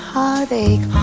heartache